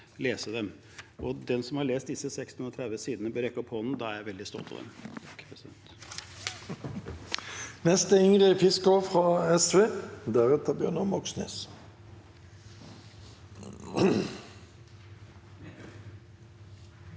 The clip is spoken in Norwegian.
Den som har lest disse 630 sidene, bør rekke opp hånden. Da er jeg veldig stolt av dem.